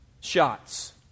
shots